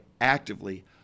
actively